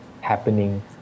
happening